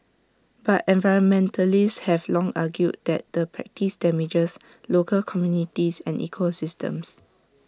but environmentalists have long argued that the practice damages local communities and ecosystems